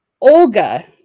Olga